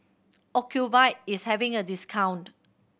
Ocuvite is having a discount